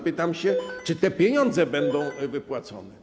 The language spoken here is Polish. Pytam: Czy te pieniądze będą wypłacone?